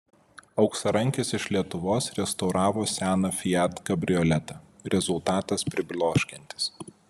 auksarankis iš lietuvos restauravo seną fiat kabrioletą rezultatas pribloškiantis